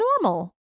normal